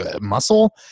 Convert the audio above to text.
muscle